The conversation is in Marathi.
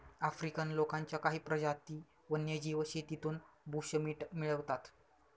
आफ्रिकन लोकांच्या काही प्रजाती वन्यजीव शेतीतून बुशमीट मिळवतात